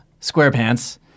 Squarepants